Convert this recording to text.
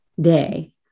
day